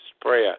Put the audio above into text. prayer